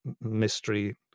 mystery